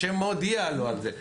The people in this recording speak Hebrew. שמודיע לו על זה,